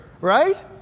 right